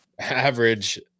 average